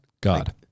God